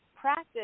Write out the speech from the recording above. practice